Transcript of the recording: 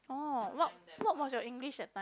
orh what what was your English that time